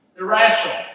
irrational